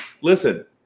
listen